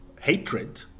hatred